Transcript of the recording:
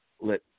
let